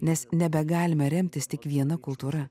nes nebegalime remtis tik viena kultūra